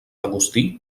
agustí